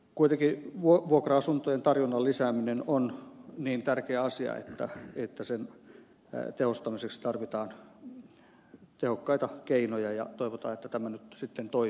kuitenkin vuokra asuntojen tarjonnan lisääminen on niin tärkeä asia että sen tehostamiseksi tarvitaan tehokkaita keinoja ja toivotaan että tämä nyt sitten toimii tähän suuntaan